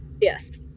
Yes